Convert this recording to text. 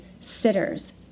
sitters